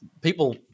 people